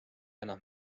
annab